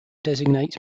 designates